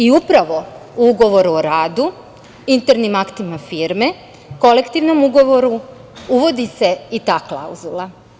Upravo u ugovoru o radu, internim aktima firme, kolektivnom ugovoru uvodi se i ta klauzula.